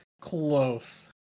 close